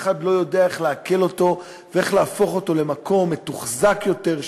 אחד לא יודע איך לעכל אותו ואיך להפוך אותו למקום מתוחזק יותר,